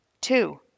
Two